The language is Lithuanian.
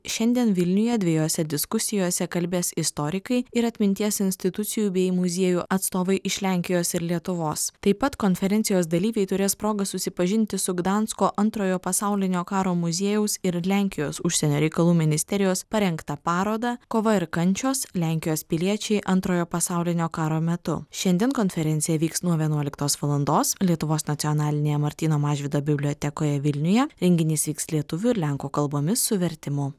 šiandien vilniuje dviejose diskusijose kalbės istorikai ir atminties institucijų bei muziejų atstovai iš lenkijos ir lietuvos taip pat konferencijos dalyviai turės progą susipažinti su gdansko antrojo pasaulinio karo muziejaus ir lenkijos užsienio reikalų ministerijos parengtą parodą kova ir kančios lenkijos piliečiai antrojo pasaulinio karo metu šiandien konferencija vyks nuo vienuoliktos valandos lietuvos nacionalinėje martyno mažvydo bibliotekoje vilniuje renginys vyks lietuvių ir lenkų kalbomis su vertimu